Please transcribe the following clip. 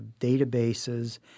databases